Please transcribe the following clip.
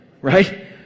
Right